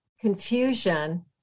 confusion